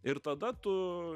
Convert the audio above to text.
ir tada tu